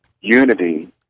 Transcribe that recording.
unity